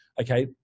Okay